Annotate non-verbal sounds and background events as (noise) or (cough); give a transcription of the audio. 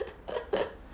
(laughs)